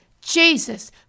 Jesus